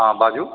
हँ बाजू